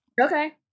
Okay